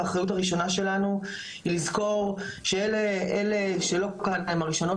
והאחריות הראשונה שלנו היא לזכור שאלה שלא כאן הן הראשונות